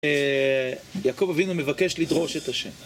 יעקב אבינו מבקש לדרוש את השם.